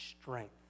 strength